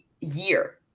year